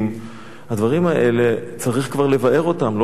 הדברים האלה, צריך כבר לבער אותם, לא בסטטיסטיקות.